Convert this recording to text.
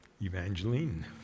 Evangeline